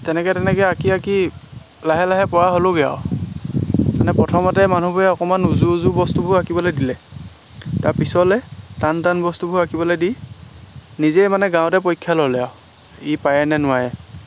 তেনেকৈ তেনেকৈ আঁকি আঁকি লাহে লাহে পৰা হ'লোঁগৈ আৰু মানে প্ৰথমতে মানুহবোৰে অকণমান উজু উজু বস্তুবোৰ আঁকিবলৈ দিলে তাৰ পিছলৈ টান টান বস্তুবোৰ আঁকিবলৈ দি নিজেই মানে গাঁৱতে পৰীক্ষা ল'লে আৰু ই পাৰেনে নোৱাৰে